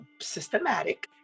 systematic